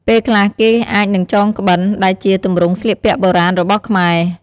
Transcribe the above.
ពេលខ្លះគេអាចនឹងចងក្បិន ដែលជាទម្រង់ស្លៀកពាក់បុរាណរបស់ខ្មែរ។